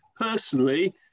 personally